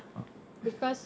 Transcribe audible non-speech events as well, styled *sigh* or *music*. *noise*